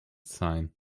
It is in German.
sein